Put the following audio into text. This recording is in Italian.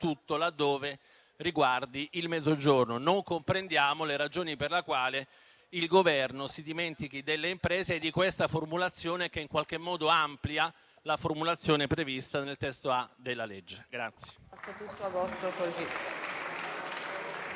soprattutto laddove riguardi il Mezzogiorno. Non comprendiamo le ragioni per le quali il Governo si dimentica delle imprese e non aderisca invece a questa formulazione che in qualche modo amplia la formulazione prevista nel testo A della legge.